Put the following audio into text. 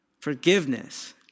Forgiveness